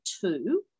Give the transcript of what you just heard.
two